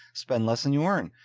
spend less than you earn.